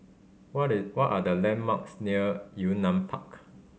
what what are the landmarks near Yunnan Park